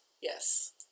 Yes